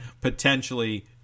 Potentially